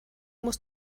muss